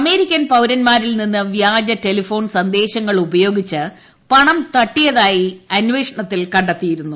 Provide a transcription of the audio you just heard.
അമേരി പൌരൻമാരിൽ പ്രി നിന്ന് വ്യാജ ക്കൻ ടെലഫോൺ സന്ദേശങ്ങൾ ഉപ്യോഗിച്ച് പണം തട്ടിയതായി അന്വേഷണത്തിൽ കണ്ടെത്തിയിരുന്നു